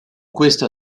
questa